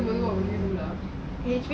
management as in one hour council meeting